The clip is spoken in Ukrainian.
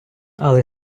але